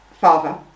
father